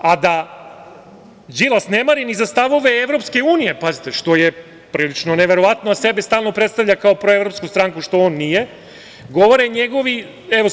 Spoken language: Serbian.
A da Đilas ne mari ni za stavove EU, pazite, što je prilično neverovatno jer sebe stalno predstavlja kao proevropsku stranku, što on nije, govore njegovi napadi na EU.